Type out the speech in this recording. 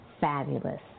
fabulous